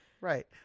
Right